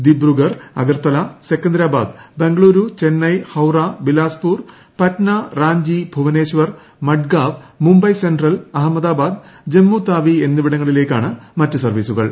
Dibrugarh Agartala Secunderabad Bengaluru Chennai Howrah Bilaspur Patna Ranchi Bhubaneswar Madgaon Mumbai central Ahmedabad Jammu Tawi എന്നിവിടങ്ങളിലേയ്ക്കാണ് മറ്റ് സർവ്വീസുകൾ